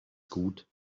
gut